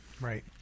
Right